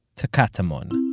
to katamon,